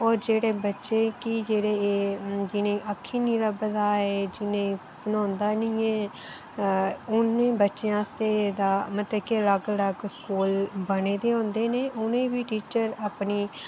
और जेह्ड़े बच्चे कि जिनें एह् अक्खीं नी लभदा जिनें सनोंदा नी एह् उनें बच्चें आस्तै मतलब कि अलग अलग स्कूल बने दे होंदे न उनेंगी बी टीचर अपनी